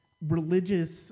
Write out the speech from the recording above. religious